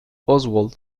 oswald